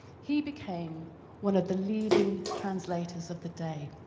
he became one of the leading translators of the day.